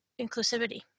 inclusivity